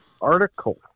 article